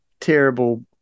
terrible